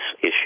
issue